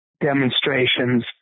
demonstrations